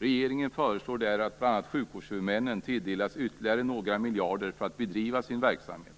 Regeringen föreslår där att bl.a. sjukvårdshuvudmännen tilldelas ytterligare några miljarder för att bedriva sin verksamhet.